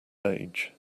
age